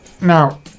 Now